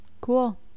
cool